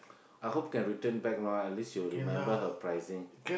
I hope can return back lah at least you remember her pricing